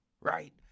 right